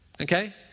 Okay